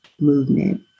movement